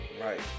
right